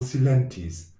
silentis